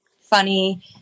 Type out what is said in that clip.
funny